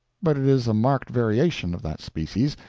but it is a marked variation of that species,